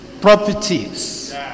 properties